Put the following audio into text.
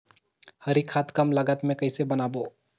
हरी खाद कम लागत मे कइसे बनाबो?